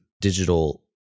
digital